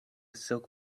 silk